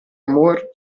amor